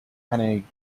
penny